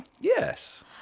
Yes